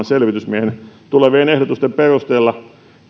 selvitysmiehen tulevien ehdotusten perusteella